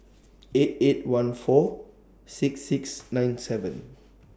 eight eight one four six six nine seven